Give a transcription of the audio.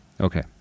Okay